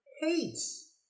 hates